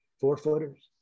four-footers